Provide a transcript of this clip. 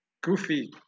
goofy